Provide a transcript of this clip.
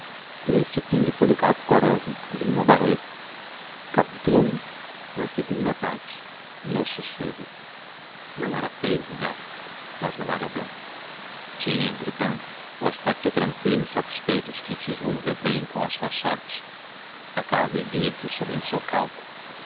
uma figurinha de biscuit que se esfacelou em inúmeros fragmentos quase sem ruído no sossego não era feio o lugar mas não era belo tinha entretanto o aspecto tranqüilo e satisfeito de quem se julga bem com a sua sorte a casa erguia-se sobre um socalco